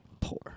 Poor